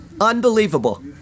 Unbelievable